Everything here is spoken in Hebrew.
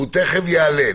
והוא תיכף יעלה,